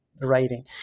writing